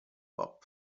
pop